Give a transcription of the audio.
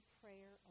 prayer